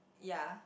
ya